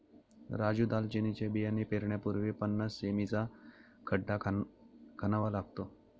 राजू दालचिनीचे बियाणे पेरण्यापूर्वी पन्नास सें.मी चा खड्डा खणावा लागतो